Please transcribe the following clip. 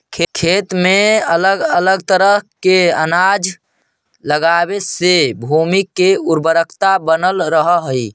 खेत में अलग अलग तरह के अनाज लगावे से भूमि के उर्वरकता बनल रहऽ हइ